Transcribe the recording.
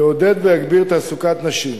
ויעודד ויגביר תעסוקת נשים.